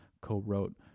co-wrote